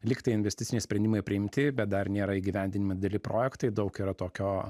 lyg tai investiciniai sprendimai jau priimti bet dar nėra įgyvendinami dideli projektai daug yra tokio